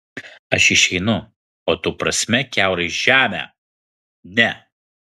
aš išeinu o tu prasmek kiaurai žemę ne